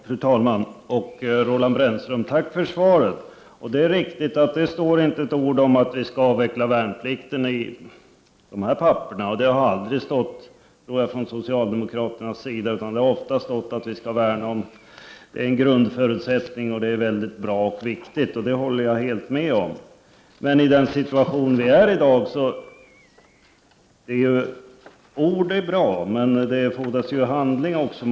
Fru talman! Tack för svaret, Roland Brännström. Det är riktigt att det inte står ett ord i papperen om att vi skall avveckla värnplikten. Det tror jag heller aldrig att socialdemokraterna har sagt, utan de har ofta hävdat att vi skall värna om värnplikten som en grundförutsättning för försvaret. Det är riktigt och bra, och det håller jag helt med om. Ord är bra, men det fordras handling också.